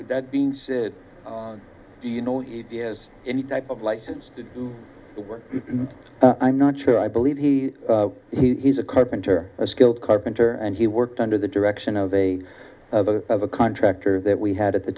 that being said do you know he has any type of license to do the work and i'm not sure i believe he he's a carpenter a skilled carpenter and he worked under the direction of a of a of a contractor that we had at the